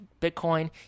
Bitcoin